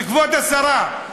כבוד השרה,